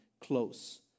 close